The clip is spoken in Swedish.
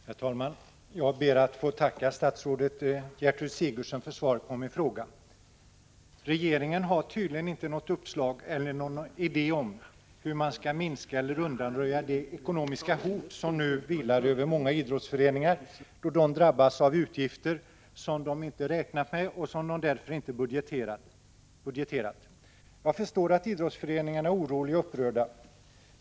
Herr talman! Jag ber att få tacka statsrådet Gertrud Sigurdsen för svaret på min fråga. Regeringen har tydligen inte något uppslag till eller någon idé om hur man skall minska eller undanröja det ekonomiska hot som nu vilar över många idrottsföreningar när de drabbas av utgifter som de inte har räknat med och som de därför inte har budgeterat. Jag förstår att idrottsföreningarna är oroliga och upprörda.